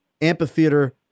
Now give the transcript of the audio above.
amphitheater